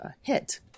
hit